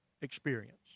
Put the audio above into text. experience